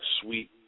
sweet